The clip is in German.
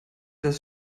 das